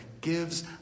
gives